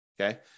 Okay